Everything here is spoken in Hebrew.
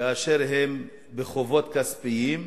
כאשר הם בחובות כספיים,